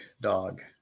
dog